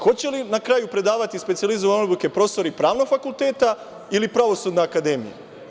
Hoće li na kraju predavati specijalizovane obuke profesori pravnog fakulteta ili Pravosudne akademije?